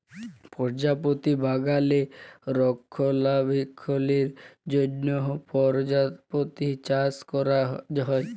পরজাপতি বাগালে রক্ষলাবেক্ষলের জ্যনহ পরজাপতি চাষ ক্যরা হ্যয়